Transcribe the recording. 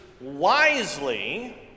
wisely